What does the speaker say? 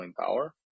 power